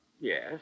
Yes